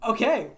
Okay